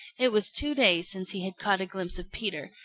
it was two days since he had caught a glimpse of peter,